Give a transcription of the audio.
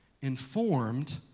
informed